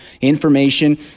Information